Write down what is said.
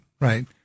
right